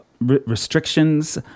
restrictions